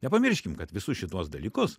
nepamirškim kad visus šituos dalykus